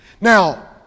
Now